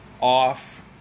off